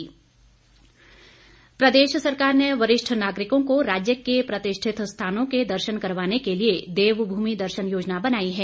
देवभूमि दर्शन प्रदेश सरकार ने वरिष्ठ नागरिकों को राज्य के प्रतिष्ठित स्थानों के दर्शन करवाने के लिए देवभूमि दर्शन योजना बनाई है